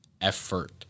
effort